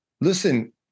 listen